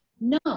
no